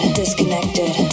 disconnected